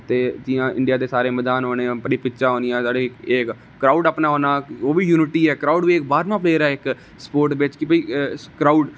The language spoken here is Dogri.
ते जियां इडियां दे सारे मदान होने अपनी सारी पिच्चां होनियां साढ़ी इक क्राउड अपना होना ओ ह्बी यूनिटी ऐ क्राउड बी इक बाहरमा प्लेयर है इक स्पोटस बिच कि क्राउड